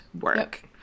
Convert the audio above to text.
work